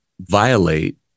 violate